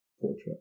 portrait